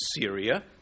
Syria